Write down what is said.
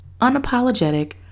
unapologetic